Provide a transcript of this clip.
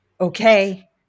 Okay